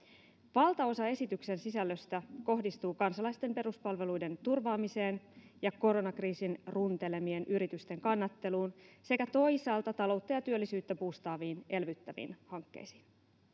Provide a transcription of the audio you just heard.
valtaosa esityksen sisällöstä kohdistuu kansalaisten peruspalveluiden turvaamiseen ja koronakriisin runtelemien yritysten kannatteluun sekä toisaalta taloutta ja työllisyyttä buustaaviin elvyttäviin hankkeisiin